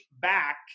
back